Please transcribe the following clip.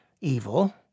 evil